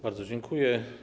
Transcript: Bardzo dziękuję.